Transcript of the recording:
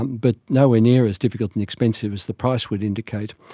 but nowhere near as difficult and expensive as the price would indicate.